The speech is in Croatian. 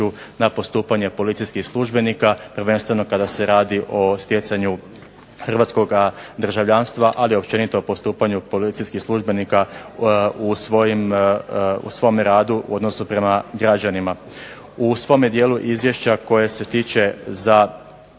na postupanje policijskih službenika, prvenstveno kada se radi o stjecanju hrvatskoga državljanstva, ali općenito u postupanju policijskih službenika u svom radu u odnosu prema građanima. U svome dijelu izvješća koje se tiče za